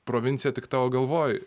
provincija tik tavo galvoj